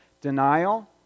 Denial